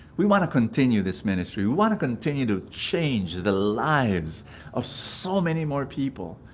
we want to continue this ministry. we want to continue to change the lives of so many more people.